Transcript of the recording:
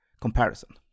comparison